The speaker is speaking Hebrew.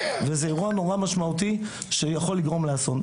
זה אירוע נורא משמעותי שיכול לגרום לאסון.